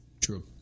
True